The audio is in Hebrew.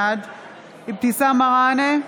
בעד אבתיסאם מראענה,